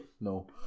No